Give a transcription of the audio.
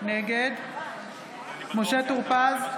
נגד משה טור פז,